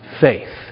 faith